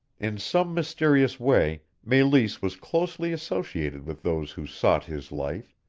in some mysterious way meleese was closely associated with those who sought his life,